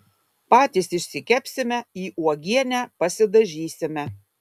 patys išsikepsime į uogienę pasidažysime